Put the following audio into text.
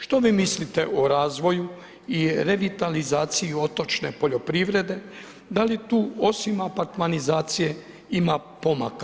Što vi mislite o razvoju i revitalizaciji otočne poljoprivrede, da li tu osim apartmanizacija ima pomaka?